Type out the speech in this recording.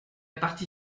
partie